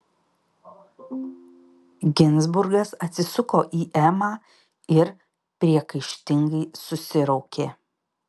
ginzburgas atsisuko į emą ir priekaištingai susiraukė